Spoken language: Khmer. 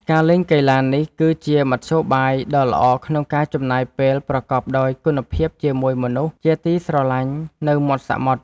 ការលេងកីឡានេះគឺជាមធ្យោបាយដ៏ល្អក្នុងការចំណាយពេលប្រកបដោយគុណភាពជាមួយមនុស្សជាទីស្រឡាញ់នៅមាត់សមុទ្រ។